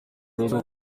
urugo